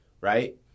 Right